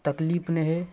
तकलीफ नहि होइ